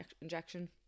injection